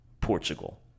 Portugal